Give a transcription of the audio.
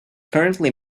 currently